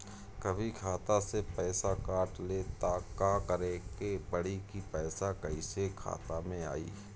कभी खाता से पैसा काट लि त का करे के पड़ी कि पैसा कईसे खाता मे आई?